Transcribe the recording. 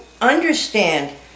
understand